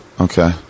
Okay